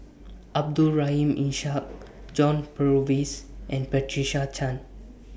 Abdul Rahim Ishak John Purvis and Patricia Chan